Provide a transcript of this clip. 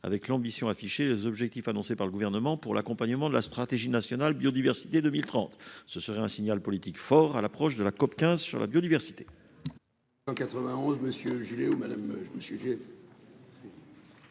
avec l'ambition affichée et les objectifs annoncés par le Gouvernement pour l'accompagnement de la stratégie nationale biodiversité 2030. Ce serait un signal politique fort à l'approche de la COP15 sur la biodiversité.